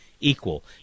equal